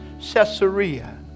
Caesarea